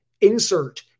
insert